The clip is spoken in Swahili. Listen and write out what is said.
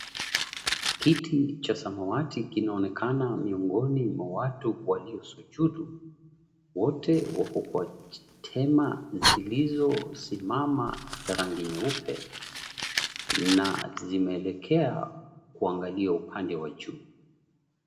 Kiti cha samawati kinaonekana miongoni wa watu waliosujudu. Wote wako kwa tema zilizosimama za rangi nyeupe na zimeelekea kuangalia upande wa juu.